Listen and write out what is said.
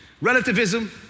relativism